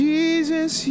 Jesus